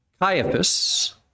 Caiaphas